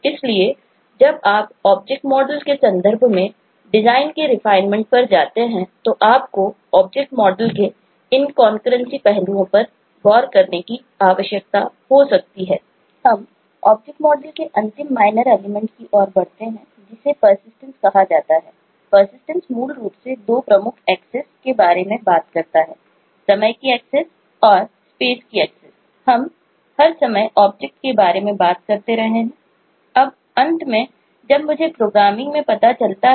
इसलिए जब आप ऑब्जेक्ट मॉडल पहलुओं पर गौर करने की आवश्यकता हो सकती है